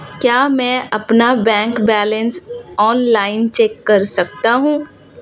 क्या मैं अपना बैंक बैलेंस ऑनलाइन चेक कर सकता हूँ?